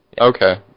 Okay